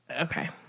Okay